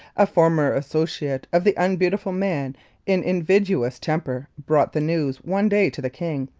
a former associate of the unbeautiful man in invidious temper brought the news one day to the king,